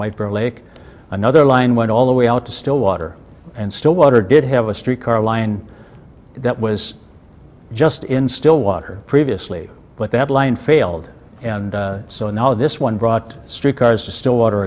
whitebread lake another line went all the way out to stillwater and stillwater did have a streetcar line that was just in stillwater previously but the headline failed and so now this one brought street cars to stillwater